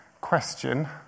question